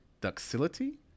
Ductility